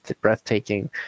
breathtaking